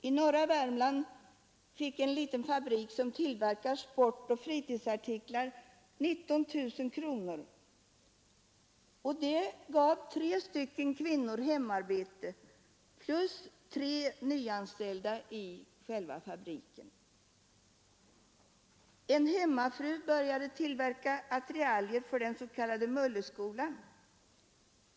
I norra Värmland fick en liten fabrik som tillverkar sportoch fritidsartiklar 19 000 kronor. Det gav tre kvinnor hemarbete plus tre nyanställda i själva fabriken. En hemmafru började tillverka attiraljer för den s.k. Mulleskolan.